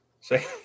say